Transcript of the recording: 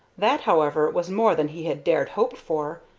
that, however, was more than he had dared hope for,